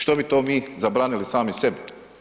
Što bi to mi zabranili sami sebi?